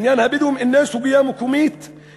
עניין הבדואים אינו סוגיה מקומית,